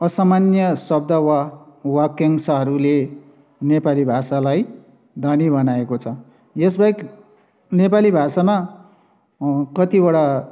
असामान्य शब्द वा वाक्यांशहरूले नेपाली भाषालाई धनी बनाएको छ यस बाहेक नेपाली भाषामा कतिवटा